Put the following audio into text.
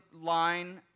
line